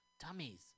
Dummies